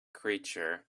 creature